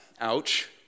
Ouch